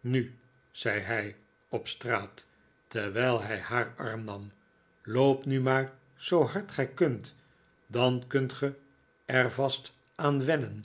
nu zei hij op str aat terwijl hij haar arm nam loop nu maar zoo hard gij kunt dan kunt ge er vast aan wennen